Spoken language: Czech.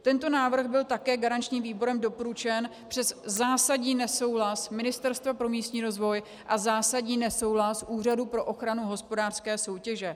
Tento návrh byl také garančním výborem doporučen přes zásadní nesouhlas Ministerstva pro místní rozvoj a zásadní nesouhlas Úřadu pro ochranu hospodářské soutěže.